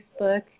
Facebook